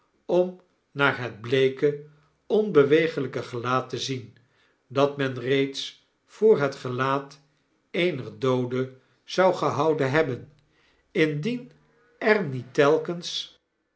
om naar het bleeke onbeweeglpe gelaat te zien dat men reeds voor het gelaat eener doode zou gehouden hebben indien er niet telkens